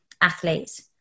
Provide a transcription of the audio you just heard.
athletes